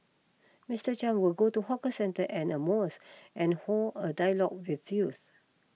Mister Chan will go to hawker centre and a mosque and hold a dialogue with youth